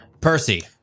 Percy